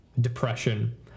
depression